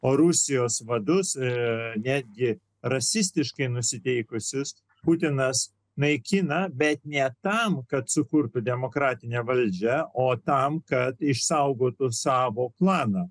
o rusijos vadus ir netgi rasistiškainusiteikusius putinas naikina bet ne tam kad sukurtų demokratinė valdžia o tam kad išsaugotų savo planą